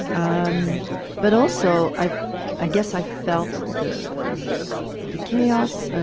um but also i i guess i felt the the chaos,